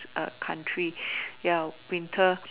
a country ya winter